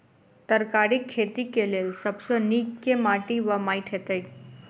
तरकारीक खेती केँ लेल सब सऽ नीक केँ माटि वा माटि हेतै?